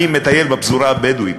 אני מטייל בפזורה הבדואית,